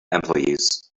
employees